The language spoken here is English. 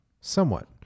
Somewhat